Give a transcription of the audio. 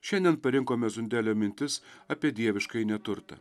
šiandien parinkome zundelio mintis apie dieviškąjį neturtą